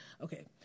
Okay